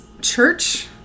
church